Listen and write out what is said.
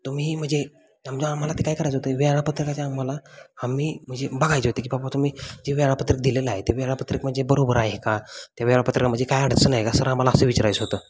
तुम्ही म्हणजे समजा आम्हाला ते काय करायचं होतं वेळापत्रकाच्या आम्हाला आम्ही म्हणजे बघायचं होते की बाबा तुम्ही जे वेळापत्रक दिलेलं आहे ते वेळापत्रक म्हणजे बरोबर आहे का त्या वेळापत्रकामध्ये म्हणजे काय अडचण आहे का सर आम्हाला असं विचारायचं होतं